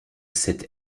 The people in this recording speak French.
cette